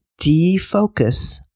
defocus